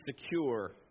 secure